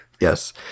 Yes